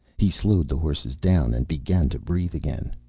he slowed the horses down and began to breathe again.